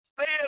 Stay